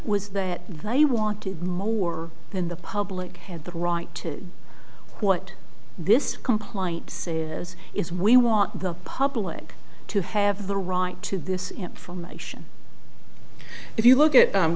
was that they wanted more than the public had the right to what this complaint says is we want the public to have the right to this information if you look at